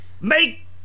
Make